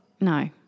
no